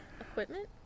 Equipment